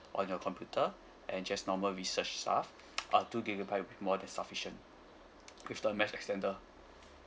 on your computer and just normal research stuff ah two gigabyte will be more than sufficient with the mesh extender